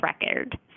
record